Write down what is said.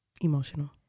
emotional